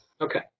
Okay